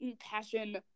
Passion